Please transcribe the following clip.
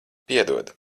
piedod